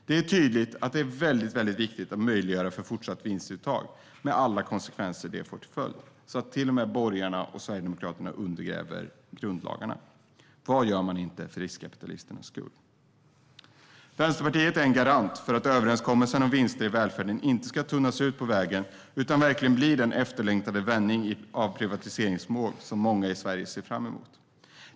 Det är tydligt att det är så väldigt viktigt att möjliggöra fortsatta vinstuttag, med alla konsekvenser det får, att borgarna och Sverigedemokraterna till och med undergräver grundlagarna. Vad gör de inte för riskkapitalisternas skull? Vänsterpartiet är en garant för att överenskommelsen om vinster i välfärden inte ska tunnas ut på vägen utan verkligen bli den efterlängtade vändning av privatiseringsvågen som många i Sverige ser fram emot.